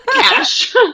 Cash